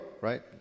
right